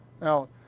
Now